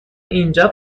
اینجا